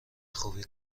خوبی